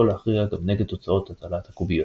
להכריע גם נגד תוצאות הטלת הקוביות.